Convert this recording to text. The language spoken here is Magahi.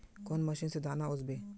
कौन मशीन से दाना ओसबे?